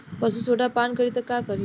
पशु सोडा पान करी त का करी?